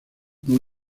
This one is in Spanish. tiene